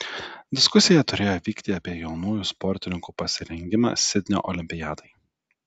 diskusija turėjo vykti apie jaunųjų sportininkų pasirengimą sidnio olimpiadai